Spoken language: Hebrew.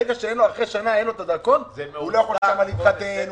ברגע שאחרי שנה אין לו דרכון הוא לא יכול להתחתן שם,